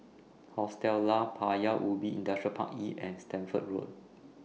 Hostel Lah Paya Ubi Industrial Park E and Stamford Road